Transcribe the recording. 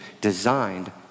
designed